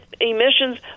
emissions